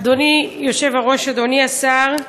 אדוני היושב-ראש, אדוני השר,